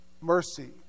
mercy